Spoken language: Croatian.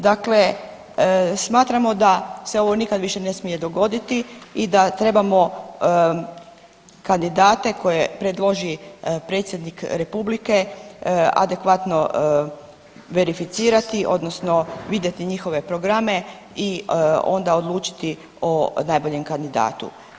Dakle, smatramo da se ovo više nikada ne smije dogoditi i da trebamo kandidate koje predloži predsjednik Republike adekvatno verificirati odnosno vidjeti njihove programe i onda odlučiti o najboljem kandidatu.